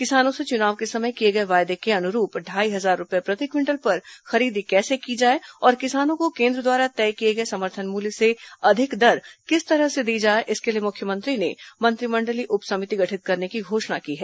किसानों से चुनाव के समय किए गए वादे के अनुरूप ढाई हजार रूपये प्रति क्विंटल पर खरीदी कैसे की जाए और किसानों को केन्द्र द्वारा तय किए गए समर्थन मूल्य से अधिक दर किस तरह से दी जाए इसके लिए मुख्यमंत्री ने मंत्रिमंडलीय उप समिति गठित करने की घोषणा की है